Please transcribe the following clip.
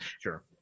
Sure